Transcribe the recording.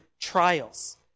trials